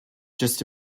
just